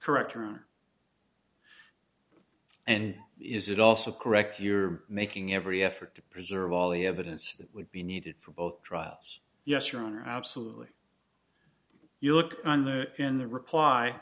correct around and is it also correct you're making every effort to preserve all the evidence that would be needed for both trials yes your honor absolutely you look on the in the reply